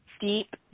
deep